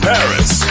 Paris